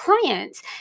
clients